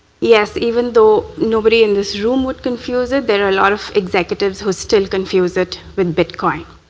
yes, even though nobody in this room would confuse it, there are a lot of executives who still confuse it with bitcoin.